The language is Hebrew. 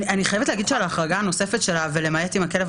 אני חייבת להגיד שההחרגה הנוספת של "למעט אם הכלב